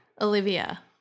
Olivia